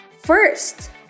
First